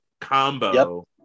combo